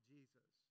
Jesus